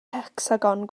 hecsagon